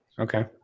okay